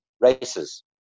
races